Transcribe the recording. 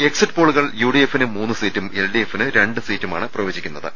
exit പോളുകൾ U D എഫിന് മൂന്നു സീറ്റും എൽ ഡി എഫിന് രണ്ട് സീറ്റുമാണ് പ്രവചിക്കു ന്നത്